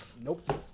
nope